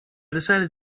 decided